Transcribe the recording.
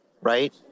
right